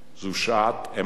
זו שעת אמונה.